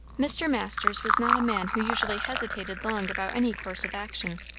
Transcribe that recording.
mr. masters was not a man who usually hesitated long about any course of action,